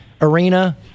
arena